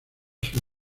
sus